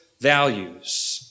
values